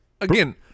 Again